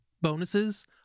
bonuses